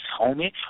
homie